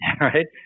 right